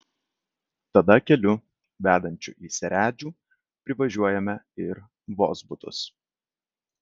tada keliu vedančiu į seredžių privažiuojame ir vozbutus